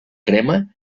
crema